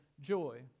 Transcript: joy